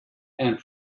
and